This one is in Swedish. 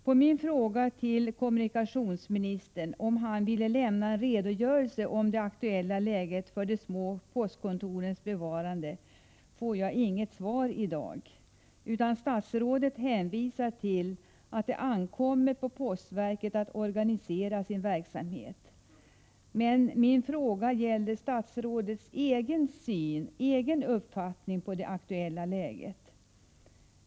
På min fråga till kommunikationsministern, om han vill lämna en redogörelse om det aktuella läget för de små postkontorens bevarande, får jag inget svar i dag. Statsrådet hänvisar till att det ankommer på Postverket att organisera sin verksamhet. Men min fråga gällde statsrådets egen uppfattning om det aktuella läget.